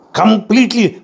completely